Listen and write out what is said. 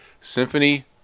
Symphony